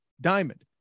diamond